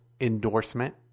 endorsement